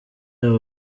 abo